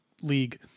league